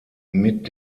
mit